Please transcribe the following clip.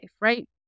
right